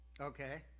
Okay